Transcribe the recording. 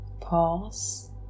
pause